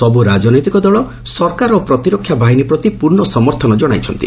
ସବୁ ରାଜନୈତିକ ଦଳ ସରକାର ପ୍ରତିରକ୍ଷା ବାହିନୀ ପ୍ରତି ପୂର୍ଣ୍ଣ ସମର୍ଥନ ଜଣାଇଛନ୍ତି